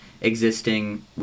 existing